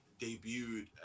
debuted